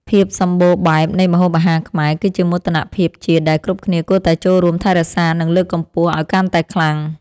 ភាពសម្បូរបែបនៃម្ហូបអាហារខ្មែរ គឺជាមោទនភាពជាតិដែលគ្រប់គ្នាគួរតែចូលរួមថែរក្សា និងលើកកម្ពស់ឱ្យកាន់តែខ្លាំង។